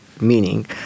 meaning